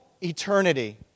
eternity